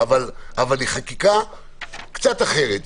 אבל היא חקיקה קצת אחרת,